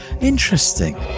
Interesting